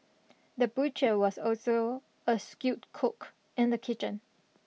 the butcher was also a skilled cook in the kitchen